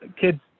kids